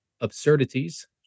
absurdities